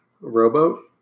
Rowboat